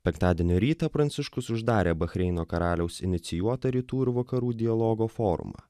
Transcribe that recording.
penktadienio rytą pranciškus uždarė bahreino karaliaus inicijuotą rytų ir vakarų dialogo forumą